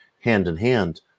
hand-in-hand